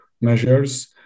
measures